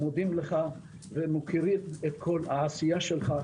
מודים לך ומוקירים את כל העשייה שלך.